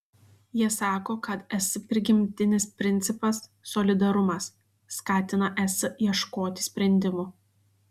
jie sako kad es prigimtinis principas solidarumas skatina es ieškoti sprendimų